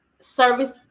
Service